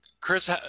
Chris